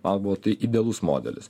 man buvo tai idealus modelis